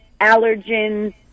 allergens